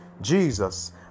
Jesus